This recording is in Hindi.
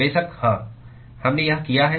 बेशक हाँ हमने यह किया है